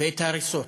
ואת ההריסות.